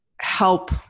help